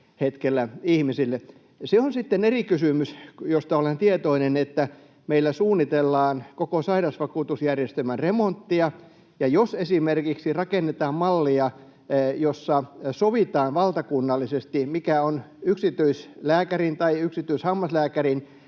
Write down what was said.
sitten eri kysymys, josta olen tietoinen, että meillä suunnitellaan koko sairausvakuutusjärjestelmän remonttia, ja jos esimerkiksi rakennetaan mallia, jossa sovitaan valtakunnallisesti, mikä on yksityislääkärin tai yksityishammaslääkärin